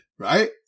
Right